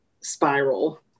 spiral